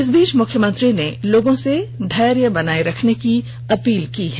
इस बीच मुख्यमंत्री ने लोगों से धैर्य रखने की अपील की है